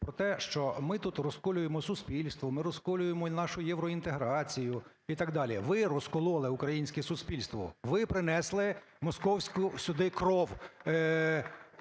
про те, що ми тут розколюємо суспільство, ми розколюємо і нашу євроінтеграцію і так далі. Ви розколи українське суспільство. Ви принесли московську сюди кров